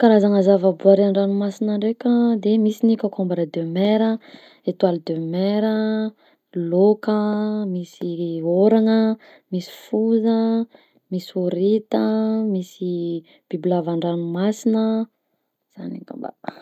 Karazana zavaboary an-dranomasina ndraika de misy ny: concombre de mer a, etoile de mer a, laoka, misy ôragna, misy foza, misy horita, misy bibilava an-dranomasina, zany angamba.